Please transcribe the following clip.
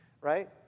right